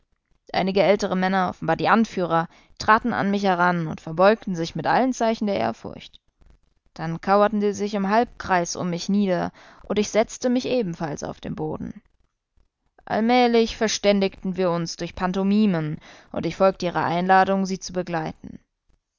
einige ältere männer offenbar die anführer traten an mich heran und verbeugten sich mit allen zeichen der ehrfurcht dann kauerten sie sich im halbkreis um mich nieder und ich setzte mich ebenfalls auf den boden allmählich verständigten wir uns durch pantomimen und ich folgte ihrer einladung sie zu begleiten